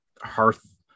Hearth